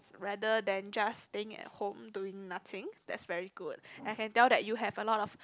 rather than just staying at home doing nothing that's very good I can tell that you have a lot of